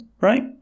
right